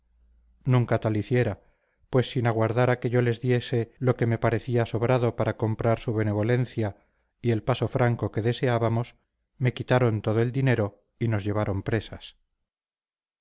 nunca tal hiciera pues sin aguardar a que yo les diese lo que me parecía sobrado para comprar su benevolencia y el paso franco que deseábamos me quitaron todo el dinero y nos llevaron presas